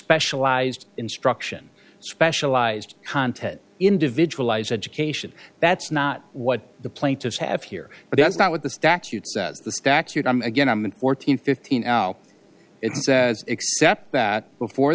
specialized instruction specialized content individualized education that's not what the plaintiffs have here but that's not what the statute says the statute again i'm going fourteen fifteen now it says except that before